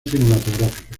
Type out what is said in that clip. cinematográfica